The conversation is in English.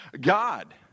God